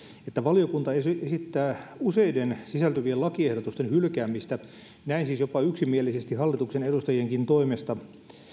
että valiokunta esittää useiden hallituksen esitykseen sisältyvien lakiehdotusten hylkäämistä näin siis yksimielisesti jopa hallituksenkin edustajien toimesta